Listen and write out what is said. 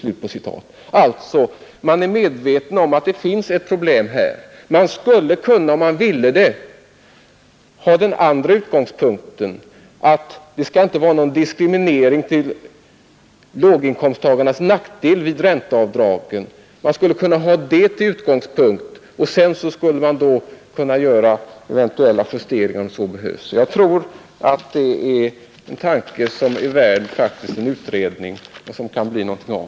Man är alltså medveten om att det finns ett problem här, och om man ville skulle man kunna använda den motsatta utgångspunkten, nämligen att det inte skall vara någon diskriminering av låginkomsttagarna vid ränteavdrag, och sedan göra eventuella justeringar, om så behövdes. Jag tror att det är en tanke som faktiskt är värd en utredning och som det kan bli någonting av.